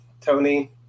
Tony